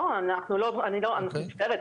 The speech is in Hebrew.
אני מצטערת,